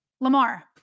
Lamar